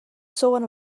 sôn